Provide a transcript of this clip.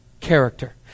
character